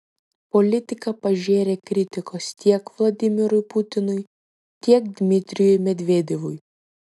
politika pažėrė kritikos tiek vladimirui putinui tiek dmitrijui medvedevui